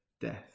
death